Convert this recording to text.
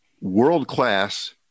world-class